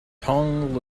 tong